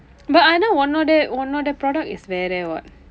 but ஆனா உன்னோட உன்னோட:aanaa unnooda unnooda product is வேற:veera [what]